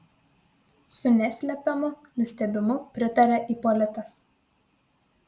su neslepiamu nustebimu pritarė ipolitas